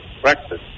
practice